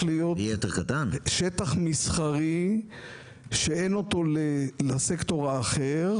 להיות שטח מסחרי שאין אותו לסקטור האחר,